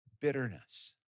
bitterness